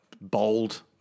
bold